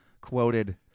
quoted